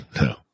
no